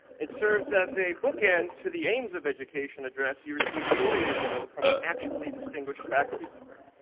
it serves as a bookend to the aims of education address you received four years ago from an actually distinguished faculty member.